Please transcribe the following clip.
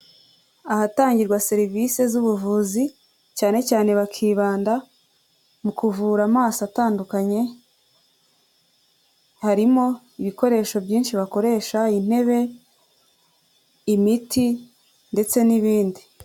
Ahatangirwa serivisi z'ubuvuzi cyane cyane bakibanda mu kuvura amaso atandukanye, harimo ibikoresho byinshi bakoresha, intebe, imiti ndetse n'ibindi.